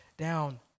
Down